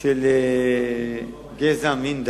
של גזע, מין ודת,